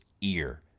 ear